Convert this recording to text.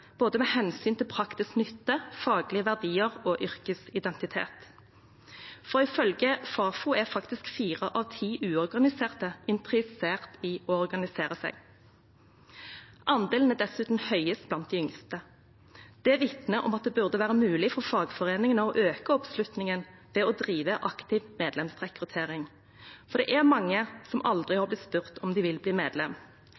både praktisk nytte, faglige verdier og yrkesidentitet, for ifølge Fafo er faktisk fire av ti uorganiserte interessert i å organisere seg. Andelen er dessuten høyest blant de yngste. Det vitner om at det burde være mulig for fagforeningene å øke oppslutningen ved å drive aktiv medlemsrekruttering, for det er mange som aldri